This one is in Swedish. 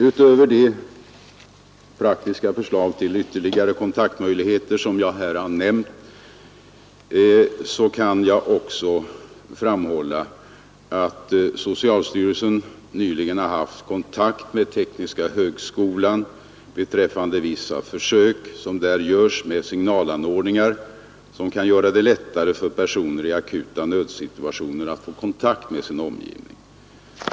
Utöver de praktiska förslag till ytterligare kontaktmöjligheter som jag här har nämnt kan jag också framhålla att socialstyrelsen nyligen har haft kontakt med tekniska högskolan beträffande vissa försök som där görs med signalanordningar, som kan göra det lättare för personer i akuta nödsituationer att få kontakt med sin omgivning.